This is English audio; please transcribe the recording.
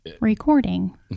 recording